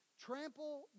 trample